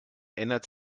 ändert